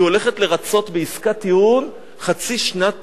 היא הולכת לרצות בעסקת טיעון חצי שנה